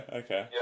okay